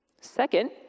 Second